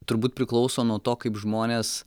turbūt priklauso nuo to kaip žmonės